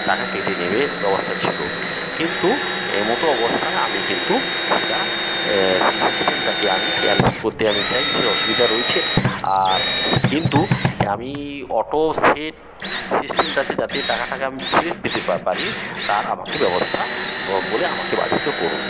টাকা কেটে নেবে ব্যবস্থা ছিল কিন্তু এইমতো অবস্থায় আমি কিন্তু সেটা সেই সিস্টেমটাকে আমি ক্যান্সেল করতে আমি চাই বিশেষ অসুবিধা রয়েছে আর কিন্তু আমি অটো সেট সিস্টেমটাতে যাতে টাকাটাকে আমি ফেরত পেতে পারি তার আমাকে ব্যবস্থা বলে আমাকে বাধিত করুন